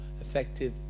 effective